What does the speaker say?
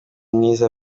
mwiza